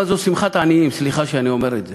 אבל זו שמחת עניים, סליחה שאני אומר את זה.